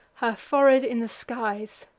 her forehead in the skies.